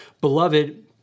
Beloved